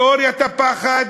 תיאוריית הפחד,